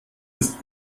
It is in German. ist